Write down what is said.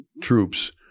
troops